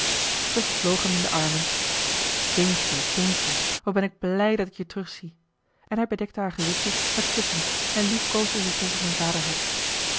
vloog hem in de armen kindje kindje wat ben ik blij dat ik je terugzie en hij bedekte haar gezichtje met kussen en lief koosde ze tegen zijn